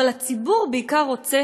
אבל הציבור בעיקר רוצה